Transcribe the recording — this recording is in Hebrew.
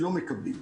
שלא מקבלים.